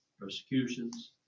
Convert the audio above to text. persecutions